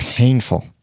Painful